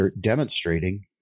demonstrating